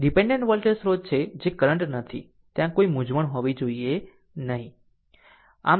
dependent voltage સ્રોત છે જે કરંટ નથી ત્યાં કોઈ મૂંઝવણ હોવી જોઈએ નહીં